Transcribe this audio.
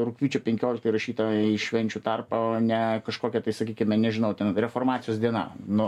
rugpjūčio penkiolikta įrašyta į švenčių tarpą o ne kažkokia tai sakykime nežinau ten reformacijos diena nu